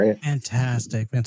Fantastic